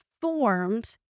formed